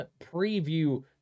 preview